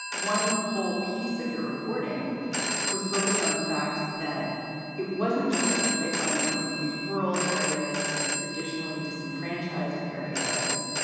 one whole piece of your reporting was focused on the fact that it wasn't just that the pipeline was going through these rural areas, these traditionally disenfranchised areas.